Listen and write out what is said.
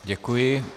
Děkuji.